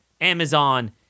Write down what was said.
Amazon